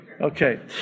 Okay